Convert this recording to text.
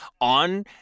on